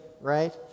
right